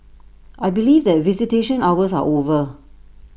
I believe that visitation hours are over